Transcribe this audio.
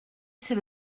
c’est